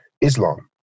Islam